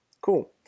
Cool